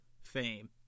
fame